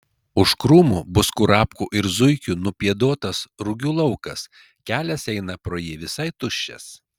už krūmų bus kurapkų ir zuikių nupėduotas rugių laukas kelias eina pro jį visai tuščias